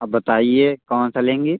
अब बताइए कौन सा लेंगी